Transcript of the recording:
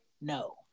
No